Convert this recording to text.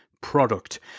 product